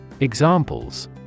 examples